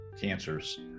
cancers